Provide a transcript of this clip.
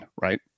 right